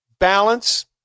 Balance